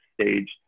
stage